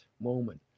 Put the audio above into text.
moment